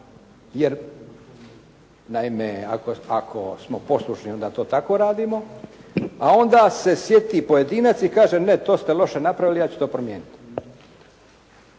jer naime ako smo poslušni onda to tako radimo. A onda se sjeti pojedinac i kaže: «Ne, to ste loše napravili. Ja ću to promijeniti.»